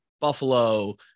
Buffalo